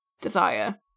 desire